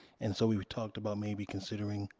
and so we we talked about maybe considering